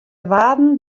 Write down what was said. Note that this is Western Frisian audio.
waarden